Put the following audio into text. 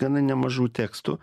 gana nemažų tekstų